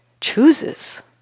chooses